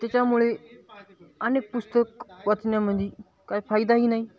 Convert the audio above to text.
त्याच्यामुळे अनेक पुस्तक वाचण्यामध्ये काय फायदाही नाही